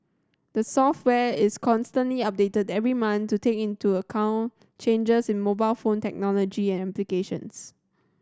the software is constantly updated every month to take into account changes in mobile phone technology and applications